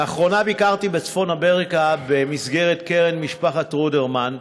לאחרונה ביקרתי בצפון אמריקה במסגרת קרן משפחת רודרמן,